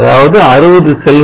அதாவது 60 செல்கள்